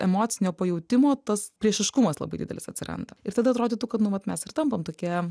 emocinio pajautimo tas priešiškumas labai didelis atsiranda ir tada atrodytų kad nu vat mes ir tampam tokie